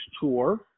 tour